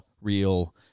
real